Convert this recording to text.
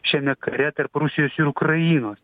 šiame kare tarp rusijos ir ukrainos